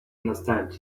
understand